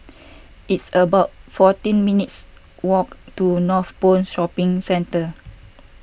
it's about fourteen minutes' walk to Northpoint Shopping Centre